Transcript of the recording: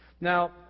Now